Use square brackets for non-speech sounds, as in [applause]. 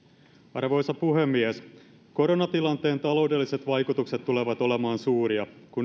arvoisa puhemies koronatilanteen taloudelliset vaikutukset tulevat olemaan suuria kun [unintelligible]